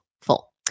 full